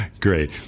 Great